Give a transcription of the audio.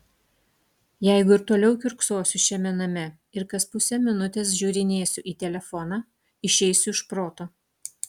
jeigu ir toliau kiurksosiu šiame name ir kas pusę minutės žiūrinėsiu į telefoną išeisiu iš proto